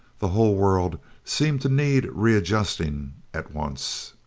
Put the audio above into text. the whole world seemed to need readjusting at once.